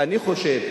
ואני חושב,